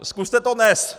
Zkuste to dnes!